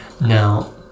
Now